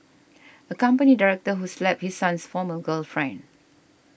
a company director who slapped his son's former girlfriend